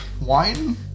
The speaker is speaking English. wine